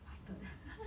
farted